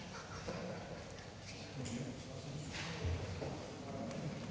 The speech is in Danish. Tak